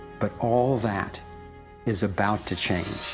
but all that is about to change.